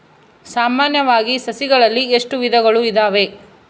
ಸಾಮಾನ್ಯವಾಗಿ ಸಸಿಗಳಲ್ಲಿ ಎಷ್ಟು ವಿಧಗಳು ಇದಾವೆ?